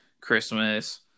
Christmas